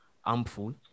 harmful